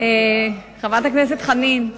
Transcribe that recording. חברת הכנסת חנין זועבי,